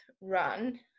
run